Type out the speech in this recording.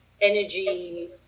energy